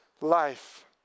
life